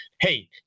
hey